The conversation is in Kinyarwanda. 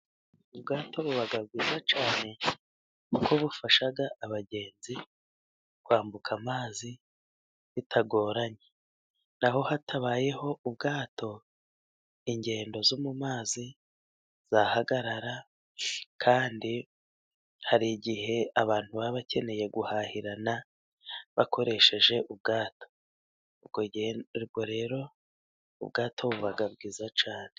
Ubwato buba bwiza cyane kuko bufasha abagenzi kwambuka amazi bitagoranye, naho hatabayeho ubwato ingendo zo mu mazi zahagarara kandi hari igihe abantu baba bakeneye guhahirana bakoresheje ubwato. Ubwo rero ubwato buba bwiza cyane.